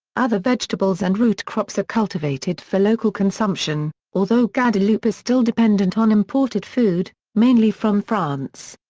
other vegetables and root crops are cultivated for local consumption, although guadeloupe is still dependent on imported food, mainly from france.